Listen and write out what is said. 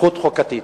זכות חוקתית.